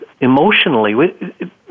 emotionally